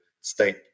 state